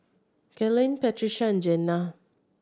Kellen Patricia and Jena